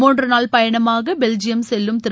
முன்றுநாள் பயணமாக பெல்ஜியம் செல்லும் திரு